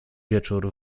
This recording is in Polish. wieczór